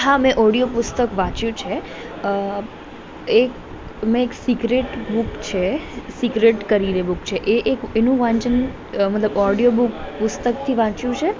હા મેં ઓડિયો પુસ્તક વાંચ્યું છે એ એક મેં એક સિક્રેટ બુક છે સિક્રેટ કરીને બુક છે એ એક એનું વાંચન મતલબ ઓડિયો બુક પુસ્તકથી વાંચ્યું છે